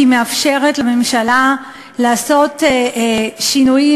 כי היא מאפשרת לממשלה לעשות שינויים,